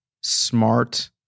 smart